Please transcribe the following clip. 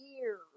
years